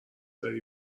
داری